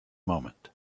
moment